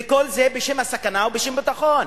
וכל זה בשם הסכנה ובשם הביטחון.